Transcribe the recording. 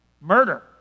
murder